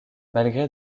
malgré